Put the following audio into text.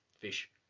Fish